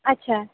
আচ্ছা